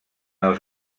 els